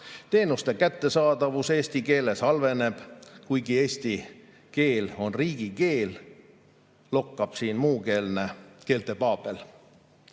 teenuste kättesaadavus eesti keeles halveneb. Kuigi eesti keel on riigikeel, lokkab siin keelte paabel.